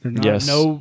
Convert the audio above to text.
Yes